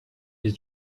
his